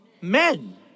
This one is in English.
men